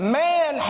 man